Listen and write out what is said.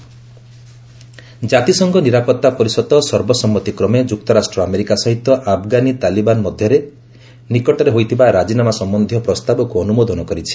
UN US Taliban deal ଜାତିସଂଘ ନିରାପତ୍ତା ପରିଷଦ ସର୍ବସମ୍ମତିକ୍ରମେ ଯୁକ୍ତରାଷ୍ଟ୍ର ଆମେରିକା ସହିତ ଆଫଗାନି ତାଲିବାନ ମଧ୍ୟରେ ନିକଟରେ ହୋଇଥିବା ରାଜିନାମା ସମ୍ପନ୍ଧୀୟ ପ୍ରସ୍ତାବକୁ ଅନୁମୋଦନ କରିଛି